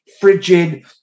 frigid